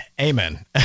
amen